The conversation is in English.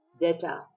data